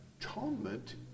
Atonement